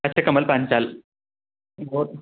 अच्छा कमल पांचाल बहुत